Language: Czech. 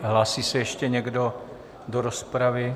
Hlásí se ještě někdo do rozpravy?